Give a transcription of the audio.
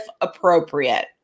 appropriate